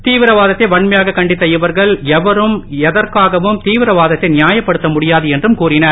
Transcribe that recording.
தீவிரவாத்தை வன்மையாக கண்டித்த இவர்கள் எவரும் எதற்காகவும் தீவிரவாதத்தை நியாயப்படுத்த முடியாது என்றும் கூறினர்